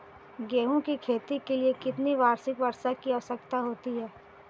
गेहूँ की खेती के लिए कितनी वार्षिक वर्षा की आवश्यकता होती है?